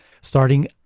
starting